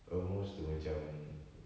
almost to macam